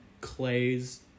clay's